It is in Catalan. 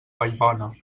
vallbona